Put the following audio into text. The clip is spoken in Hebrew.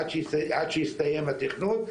עד שיסתיים התכנון,